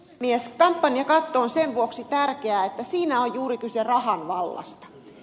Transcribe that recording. kampanjakatto on sen vuoksi tärkeä että siinä on juuri kyse rahan vallasta